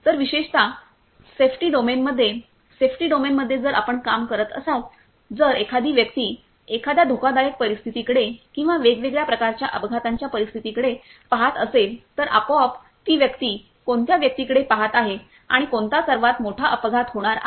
तर विशेषतः सेफ्टी डोमेनमध्ये सेफ्टी डोमेन मध्ये जर आपण काम करत असाल तर जर एखादी व्यक्ती एखाद्या धोकादायक परिस्थिती कडे किंवा वेगवेगळ्या प्रकारच्या अपघाताच्या परिस्थिती कडे पहात असेल तर आपोआप ती व्यक्ती कोणत्या व्यक्ती कडे पहात आहे आणि कोणता सर्वात मोठा अपघात होणार आहे